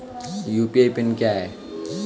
UPI PIN क्या है?